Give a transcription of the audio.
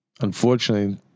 unfortunately